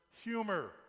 humor